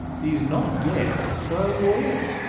he's not yet through warm.